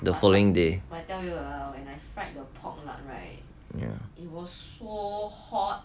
the following day